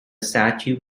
statue